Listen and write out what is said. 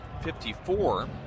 54